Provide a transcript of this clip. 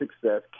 success